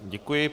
Děkuji.